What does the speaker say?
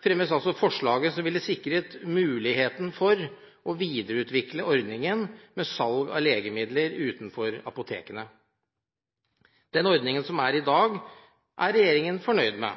fremmes forslaget som ville sikret muligheten for å videreutvikle ordningen med salg av legemidler utenfor apotekene. Den ordningen som er i dag, er regjeringen fornøyd med,